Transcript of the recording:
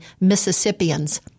Mississippians